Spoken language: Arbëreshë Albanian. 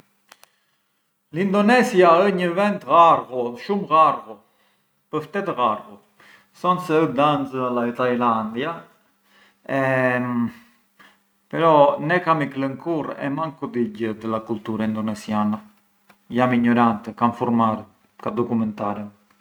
L’Indonesia ë një vend llarghu, shumë llarghu, pë ftet llarghu, thonë se ë dancë a la Thailandia e però ne kam i klënë kurrë e manku di gjë della cultura indonesiana, jam ignorante, ka nfurmarem ka documentarem.